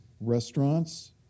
restaurants